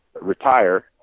retire